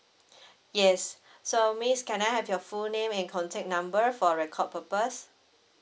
yes so miss can I have your full name and contact number for record purpose